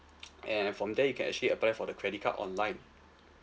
and from there you can actually apply for the credit card online